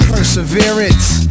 Perseverance